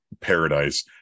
paradise